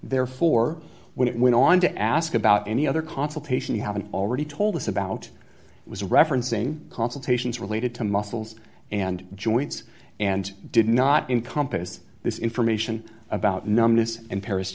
therefore when it went on to ask about any other consultation you haven't already told us about was referencing consultations related to muscles and joints and did not in compas this information about numbness and paris